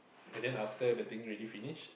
and then after the thing already finish